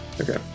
Okay